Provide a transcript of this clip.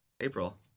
April